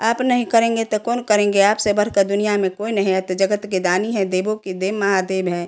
आप नहीं करेंगे तो कौन करेंगे आपसे बढ़कर दुनिया में कोई नहीं है तो जगत के दानी हैं देवों के देव महादेव हैं